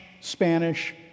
Spanish